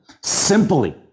simply